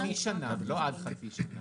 היא חצי שנה, לא עד חצי שנה.